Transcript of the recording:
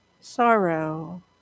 sorrow